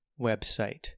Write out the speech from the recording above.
website